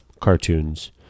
cartoons